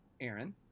Aaron